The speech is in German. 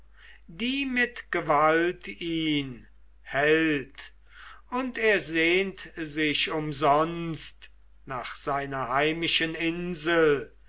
die mit gewalt ihn hält und er sehnt sich umsonst nach seiner heimischen insel